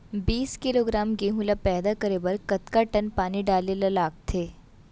बीस किलोग्राम गेहूँ ल पैदा करे बर कतका टन पानी डाले ल लगथे?